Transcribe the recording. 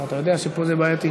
אבל אתה יודע שפה זה בעייתי.